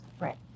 Right